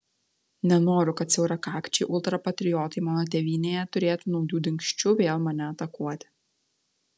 nenoriu kad siaurakakčiai ultrapatriotai mano tėvynėje turėtų naujų dingsčių vėl mane atakuoti